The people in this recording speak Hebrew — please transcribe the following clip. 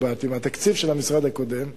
מהתקציב של המשרד הקודם שלי,